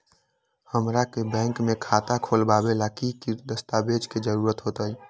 हमरा के बैंक में खाता खोलबाबे ला की की दस्तावेज के जरूरत होतई?